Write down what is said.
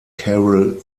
carol